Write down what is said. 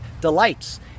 delights